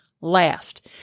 last